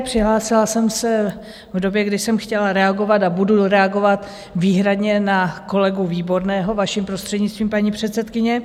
Přihlásila jsem se v době, kdy jsem chtěla reagovat a budu reagovat výhradně na kolegu Výborného, vaším prostřednictvím, paní předsedkyně.